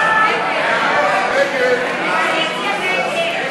ההסתייגות